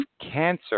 Cancer